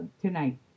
tonight